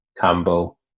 Campbell